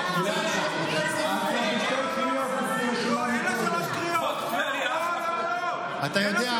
הדמוקרטיה שלחה אתכם לאופוזיציה, ואתם לא מסוגלים